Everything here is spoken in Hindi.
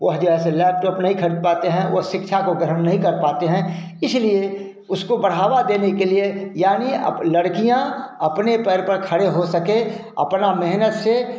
वह जैसे लैपटॉप नहीं खरीद पाते हैं वे शिक्षा को ग्रहण नहीं कर पाते हैं इसलिए उसको बढ़ावा देने के लिए यानी अप लड़कियाँ अपने पैर पर खड़े हो सके अपना मेहनत से